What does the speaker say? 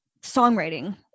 songwriting